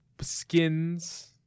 skins